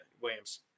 Williams